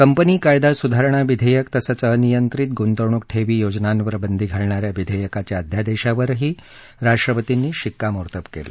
company कायदा सुधारणा विधेयक तसंच अनियंत्रित गुंतवणूक ठेवी योजनांवर बंदी घालणा या विधेयकाच्या अध्यादेशावर ही राष्ट्रपतींनी शिक्का मोर्तब केलं